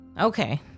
Okay